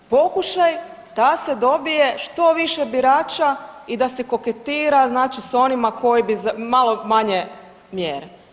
Pokušaj da se dobije što više birača i da se koketira znači s onima koji bi malo manje mjere.